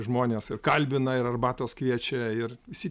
žmonės ir kalbina ir arbatos kviečia ir visi